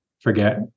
forget